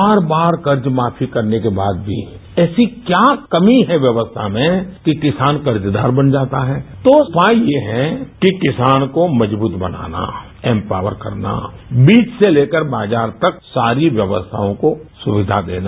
बार बार कर्ज माफी करने के बाद भी ऐसी क्या कमी है व्यवस्था में कि किसान कर्जदार बन जाता है तो उपाय ये है कि किसान को मजबूत बनाना एम्पॉवर करना बीज से लेकर बाजार तक सारी व्यवस्थाओं को सुविधा देना